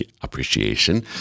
appreciation